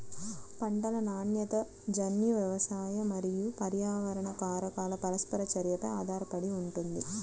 పంటల నాణ్యత జన్యు, వ్యవసాయ మరియు పర్యావరణ కారకాల పరస్పర చర్యపై ఆధారపడి ఉంటుంది